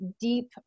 deep